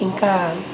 ఇంకా